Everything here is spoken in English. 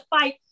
fight